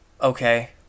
Okay